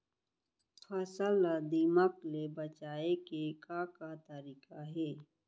फसल ला दीमक ले बचाये के का का तरीका हे?